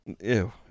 Ew